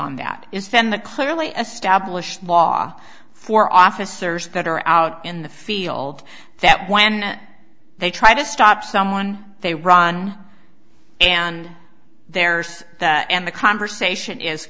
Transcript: on that is then the clearly established law for officers that are out in the field that when they try to stop someone they run and there's that and the conversation is